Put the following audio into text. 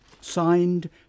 Signed